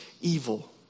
evil